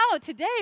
today